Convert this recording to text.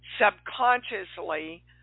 subconsciously